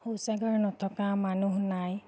শৌচাগাৰ নথকা মানুহ নাই